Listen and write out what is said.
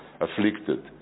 afflicted